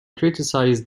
criticised